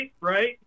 right